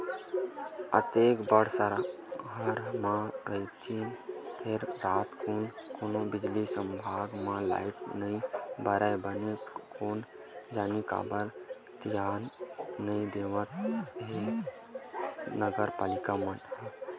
अतेक बड़ सहर म रहिथन फेर रातकुन कोनो बिजली खंभा म लाइट नइ बरय बने कोन जनी काबर धियान नइ देवत हवय ते नगर पालिका ह